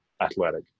athletic